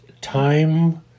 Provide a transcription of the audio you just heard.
time